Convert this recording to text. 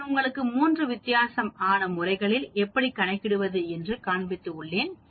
நான் உங்களுக்கு 3 வித்தியாசம் ஆன முறைகளில் எப்படி கணக்கிடுவது என்று காண்பித்து உள்ளேன்